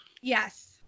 Yes